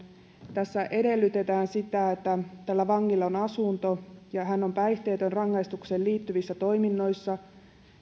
tässä edellytetään sitä että vangilla on asunto ja hän on päihteetön rangaistukseen liittyvissä toiminnoissa